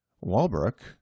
Walbrook